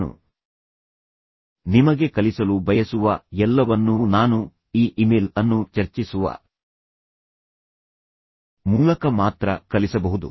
ನಾನು ನಿಮಗೆ ಕಲಿಸಲು ಬಯಸುವ ಎಲ್ಲವನ್ನೂ ನಾನು ಈ ಇಮೇಲ್ ಅನ್ನು ಚರ್ಚಿಸುವ ಮೂಲಕ ಮಾತ್ರ ಕಲಿಸಬಹುದು